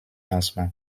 lancement